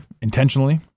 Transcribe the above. intentionally